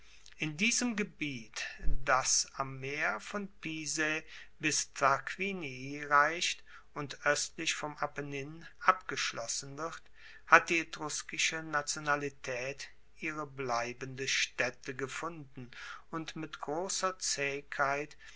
in diesem gebiet das am meer von pisae bis tarquinii reicht und oestlich vom apennin abgeschlossen wird hat die etruskische nationalitaet ihre bleibende staette gefunden und mit grosser zaehigkeit